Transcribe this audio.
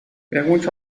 pergunte